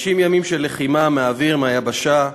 50 ימים של לחימה מהאוויר, מהיבשה,